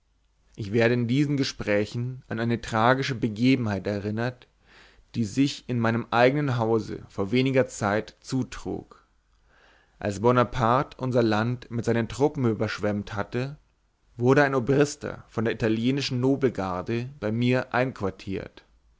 ich werde in diesen gesprächen an eine tragische begebenheit erinnert die sich in meinem eignen hause vor weniger zeit zutrug als bonaparte unser land mit seinen truppen überschwemmt hatte wurde ein obrister von der italienischen nobelgarde bei mir einquartiert